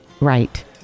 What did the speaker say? Right